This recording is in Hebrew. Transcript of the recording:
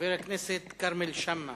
חבר הכנסת כרמל שאמה.